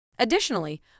Additionally